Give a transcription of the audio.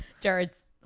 Jared's